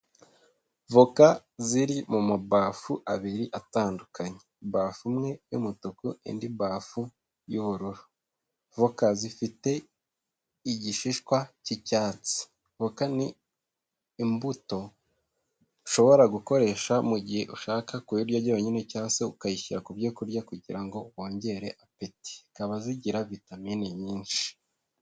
Voka ziri mu mabafu abiri atandukanye. Ibafu imwe y'umutuku, indi bafu y'ubururu. Voka zifite igishishwa cy'icyatsi. Voka ni imbuto ushobora gukoresha mu gihe ushaka kuyirya ryonyine cyangwa se ukayishyira ku byo kurya, kugira ngo wongere apeti, zikaba zigira vitamine nyinshi.